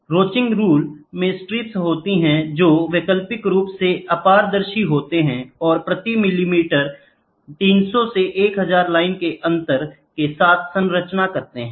Ronchi rule में strips होते हैं जो वैकल्पिक रूप से अपारदर्शी होते हैं और प्रति मिलीमीटर 300 से 1000 लाइनों के अंतर के साथ संचरण करते हैं